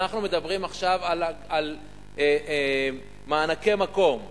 אנחנו מדברים עכשיו על מענקי מקום,